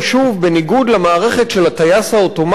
בניגוד למערכת של "הטייס האוטומטי",